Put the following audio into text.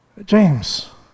James